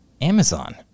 Amazon